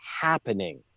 happening